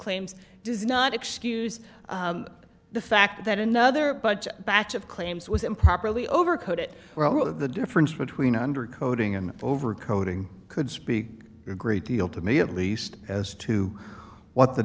claims does not excuse the fact that another but batch of claims was improperly overcoat it out of the difference between under coding and over coding could speak a great deal to me at least as to what the